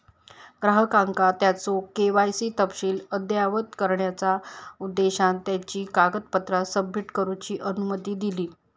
ग्राहकांका त्यांचो के.वाय.सी तपशील अद्ययावत करण्याचा उद्देशान त्यांची कागदपत्रा सबमिट करूची अनुमती दिली